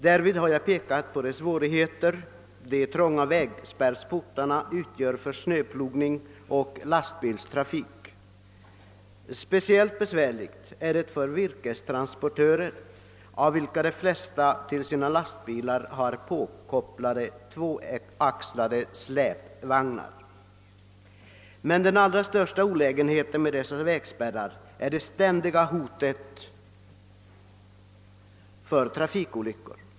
Därvid har jag pekat på de svårigheter som de trånga vägspärrportarna ger upphov till för snöplogning och lastbilstrafik. Speciellt besvärligt är det för virkestransportörer, av vilka de flesta till sina lastbilar har tvåaxlade släpvagnar kopplade. Men den allra största olägenheten med dessa vägspärrar är det ständiga hotet om trafikolyckor.